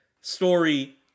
story